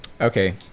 Okay